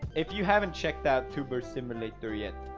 if you haven't checked out tuber simulator yet,